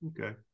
okay